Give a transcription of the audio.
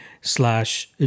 slash